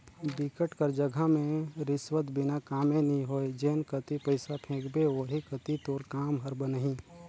बिकट कर जघा में रिस्वत बिना कामे नी होय जेन कती पइसा फेंकबे ओही कती तोर काम हर बनही